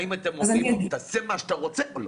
האם אתם אומרים לו, תעשה מה שאתה רוצה או לא?